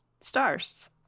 stars